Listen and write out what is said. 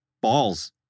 balls